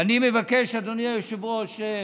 ואני מבקש, אדוני היושב-ראש: